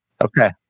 Okay